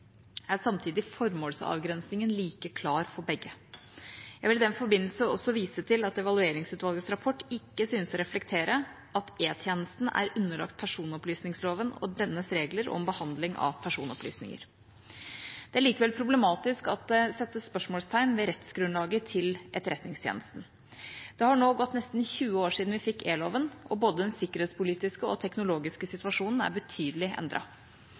er samtidig formålsavgrensningen like klar for begge. Jeg vil i den forbindelse også vise til at Evalueringsutvalgets rapport ikke synes å reflektere at E-tjenesten er underlagt personopplysningsloven og dennes regler om behandling av personopplysninger. Det er likevel problematisk at det settes spørsmålstegn ved rettsgrunnlaget til Etterretningstjenesten. Det har nå gått nesten 20 år siden vi fikk E-loven, og både den sikkerhetspolitiske og den teknologiske situasjonen er betydelig